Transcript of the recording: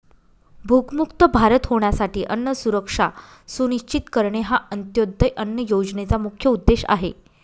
भूकमुक्त भारत होण्यासाठी अन्न सुरक्षा सुनिश्चित करणे हा अंत्योदय अन्न योजनेचा मुख्य उद्देश आहे